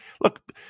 look